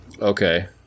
Okay